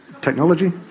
technology